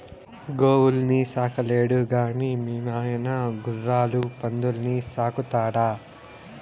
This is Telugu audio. గోవుల్ని సాకలేడు గాని మీ నాయన గుర్రాలు పందుల్ని సాకుతాడా